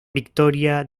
victoria